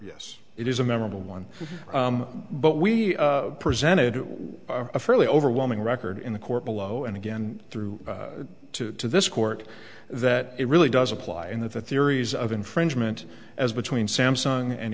yes it is a memorable one but we presented a fairly overwhelming record in the court below and again through to this court that it really does apply in the theories of infringement as between samsung and